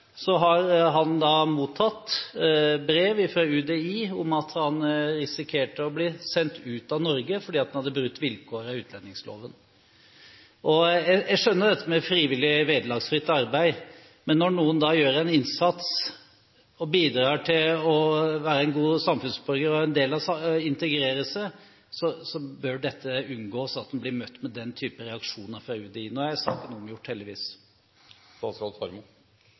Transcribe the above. har han mottatt brev fra UDI om at han risikerte å bli sendt ut av Norge fordi han hadde brutt vilkårene i utlendingsloven. Jeg skjønner dette med frivillig, vederlagsfritt arbeid. Men når noen gjør en innsats og bidrar til å være en god samfunnsborger og integrerer seg, bør det unngås at de blir møtt med den type reaksjoner fra UDI. Nå er saken omgjort, heldigvis.